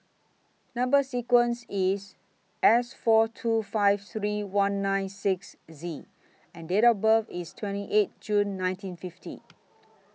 Number sequence IS S four two five three one nine six Z and Date of birth IS twenty eight June nineteen fifty